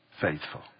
Faithful